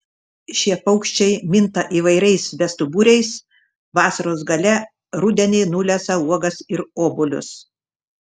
šie paukščiai minta įvairiais bestuburiais vasaros gale rudenį nulesa uogas ir obuolius